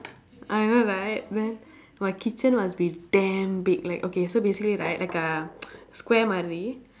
I know right then my kitchen must be damn big like okay so basically right like a square